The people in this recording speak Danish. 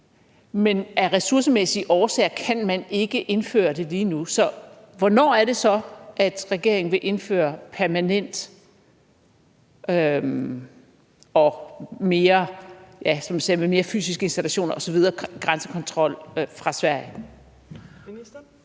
man af ressourcemæssige årsager ikke kan indføre det lige nu. Så hvornår er det så, at regeringen vil indføre permanent grænsekontrol med flere fysiske installationer osv. fra Sverige?